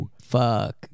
fuck